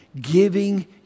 giving